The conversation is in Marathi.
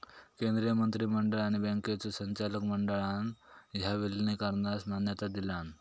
केंद्रीय मंत्रिमंडळ आणि बँकांच्यो संचालक मंडळान ह्या विलीनीकरणास मान्यता दिलान